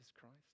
Christ